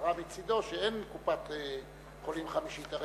בהצהרה מצדו, שאין קופת-חולים חמישית.